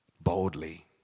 boldly